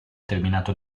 terminato